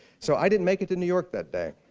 so i didn't make it to new york that day.